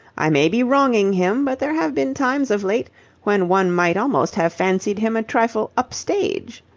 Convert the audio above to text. i may be wronging him, but there have been times of late when one might almost have fancied him a trifle up-stage.